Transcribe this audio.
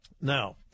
Now